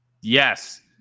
Yes